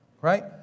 Right